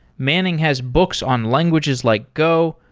manning has books on languages like go,